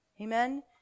Amen